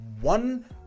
one